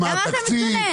מה התקציב?